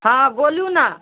हँ बोलु ने